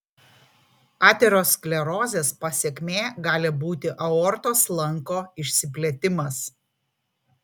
aterosklerozės pasekmė gali būti aortos lanko išsiplėtimas